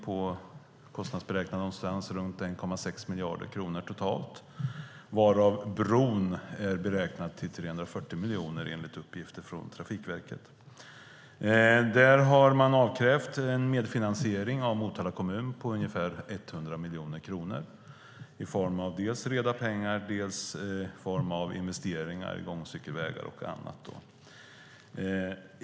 Det beräknas kosta någonstans runt 1,6 miljarder kronor, totalt, varav bron är beräknad till 340 miljoner enligt uppgifter från Trafikverket. Där har man avkrävt en medfinansiering av Motala kommun på ungefär 100 miljoner kronor, dels i form av reda pengar, dels i form av investeringar i gång och cykelvägar och annat.